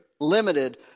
limited